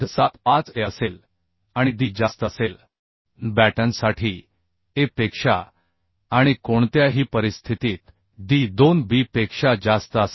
75 aअसेल आणि d जास्त असेल n बॅटनसाठी a पेक्षा आणि कोणत्याही परिस्थितीत d 2 b पेक्षा जास्त असावा